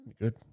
good